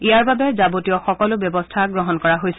ইয়াৰ বাবে যাৱতীয় সকলো ব্যৱস্থা গ্ৰহণ কৰা হৈছে